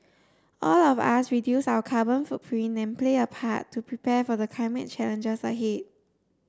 all of us reduce our carbon footprint and play a part to prepare for the climate challenges ahead